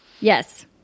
Yes